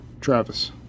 Travis